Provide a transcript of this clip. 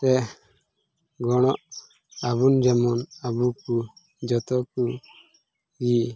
ᱨᱮ ᱜᱚᱲᱚᱜ ᱟᱵᱚᱱ ᱡᱮᱢᱚᱱ ᱟᱵᱚ ᱠᱚ ᱡᱚᱛᱚ ᱠᱚ ᱜᱮ